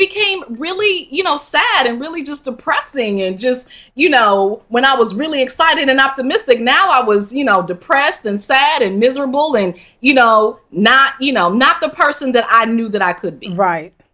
became really you know sad and really just depressing and just you know when i was really excited an optimistic now i was you know depressed and sad and miserable and you know not you know i'm not the person that i knew that i could be right